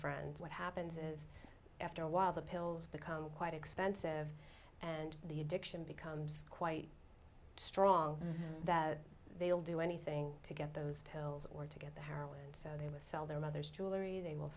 friends what happens is after a while the pills become quite expensive and the addiction becomes quite strong that they will do anything to get those pills or to get the heroin so they will sell their mothers jewelry they will